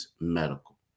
Medical